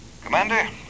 Commander